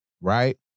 right